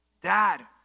Dad